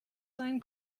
seinen